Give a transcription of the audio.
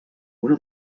una